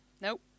Nope